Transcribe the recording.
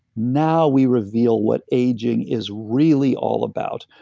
now we reveal what aging is really all about.